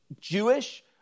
Jewish